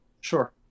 Sure